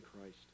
Christ